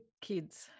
kids